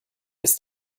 ist